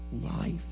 life